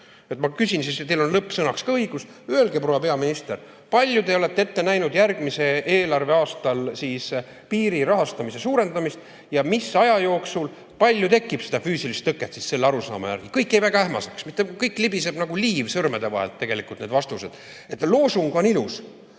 küsin siis nüüd. Teil on lõppsõnaks ka õigus. Öelge, proua peaminister, kui palju te olete ette näinud järgmisel eelarveaastal piiri rahastamise suurendamist ja mis aja jooksul kui palju tekib seda füüsilist tõket teie arusaama järgi. Kõik jäi väga ähmaseks, kõik libiseb nagu liiv sõrmede vahelt läbi, need vastused. Loosung on ilus,